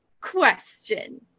question